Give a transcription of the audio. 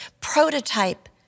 prototype